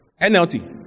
NLT